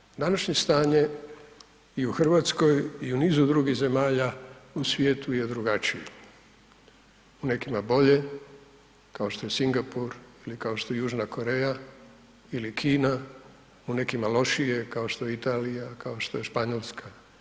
Na sreću današnje stanje i u Hrvatskoj i u nizu drugih zemalja u svijetu je drugačije, u nekima bolje kao što je Singapur ili kao što je Južna Koreja ili Kina, u nekima lošije kao što je Italija, kao što je Španjolska.